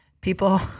people